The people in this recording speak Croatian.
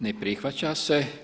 Ne prihvaća se.